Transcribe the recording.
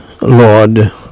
Lord